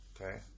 Okay